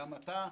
וגם אתה.